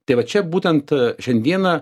tai va čia būtent šiandieną